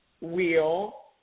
wheel